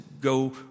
go